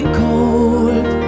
cold